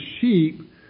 sheep